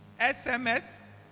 SMS